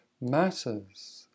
matters